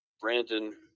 Brandon